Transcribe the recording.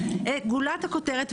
גולת הכותרת.